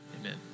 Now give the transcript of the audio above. amen